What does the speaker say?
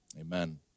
amen